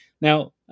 Now